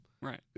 Right